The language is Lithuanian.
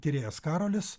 tyrėjas karolis